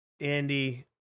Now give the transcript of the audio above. Andy